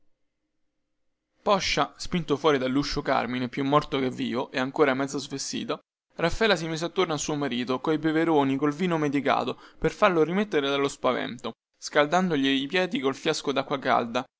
poscia spinto fuori delluscio carmine più morto che vivo e ancora mezzo svestito raffaela si mise attorno al suo marito coi beveroni col vino medicato per farlo rimettere dallo spavento scaldandogli i piedi col fiasco dacqua calda